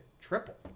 triple